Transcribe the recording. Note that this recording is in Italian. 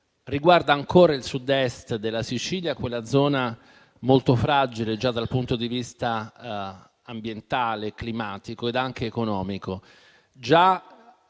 riguarda ancora il Sud-Est della Sicilia, una zona molto fragile dal punto di vista ambientale, climatico e anche economico.